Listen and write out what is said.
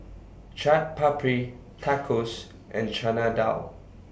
Chaat Papri Tacos and Chana Dal